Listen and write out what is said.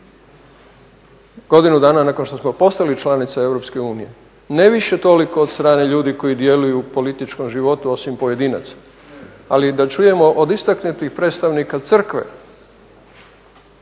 godinu dana nakon što smo postali članica EU, ne više toliko od strane ljudi koji djeluju u političkom životu osim pojedinaca, ali da čujemo od istaknutih predstavnika Crkve